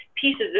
pieces